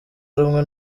rumwe